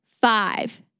five